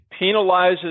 penalizes